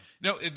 No